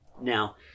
Now